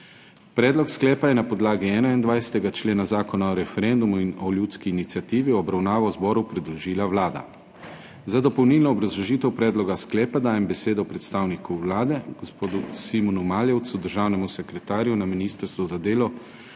Predlog sklepa je na podlagi 21. člena Zakona o referendumu in o ljudski iniciativi v obravnavo zboru predložila Vlada. Za dopolnilno obrazložitev predloga sklepa dajem besedo predstavniku Vlade, gospodu Simonu Maljevcu, državnemu sekretarju na Ministrstvu za delo,